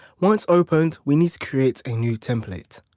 once opened we need to create a new template.